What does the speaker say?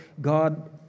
God